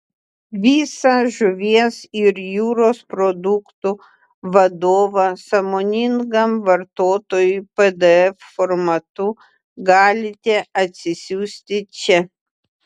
visą žuvies ir jūros produktų vadovą sąmoningam vartotojui pdf formatu galite atsisiųsti čia